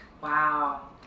Wow